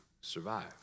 survive